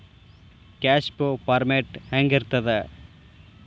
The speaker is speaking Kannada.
ಕ್ಯಾಷ್ ಫೋ ಫಾರ್ಮ್ಯಾಟ್ ಹೆಂಗಿರ್ತದ?